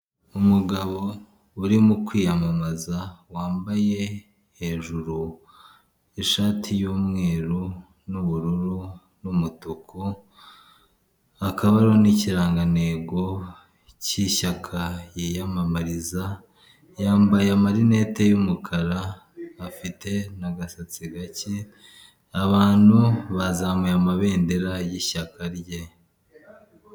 Umugabo urimo kwiyamamaza wambaye hejuru ishati y'umweru n'ubururu n'umutuku, hakaba hariho n'ikirangantego k'ishyaka yiyamamariza, yambaye amarinete y'umukara, afite agasatsi gake, abantu bazamuye amabendera yishyaka rye.